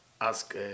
Ask